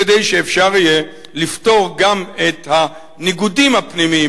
כדי שאפשר יהיה לפתור גם את הניגודים הפנימיים,